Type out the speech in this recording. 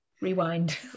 rewind